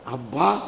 Abba